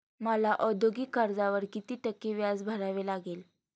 मला औद्योगिक कर्जावर किती टक्के व्याज भरावे लागेल?